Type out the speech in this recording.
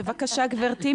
בבקשה גברתי,